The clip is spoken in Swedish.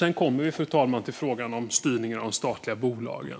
Sedan kommer vi till frågan om styrningen av statliga bolag.